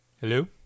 Hello